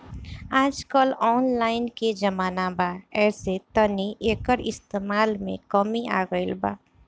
आजकल ऑनलाइन के जमाना बा ऐसे तनी एकर इस्तमाल में कमी आ गइल बा